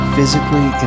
Physically